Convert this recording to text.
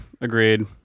agreed